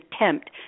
attempt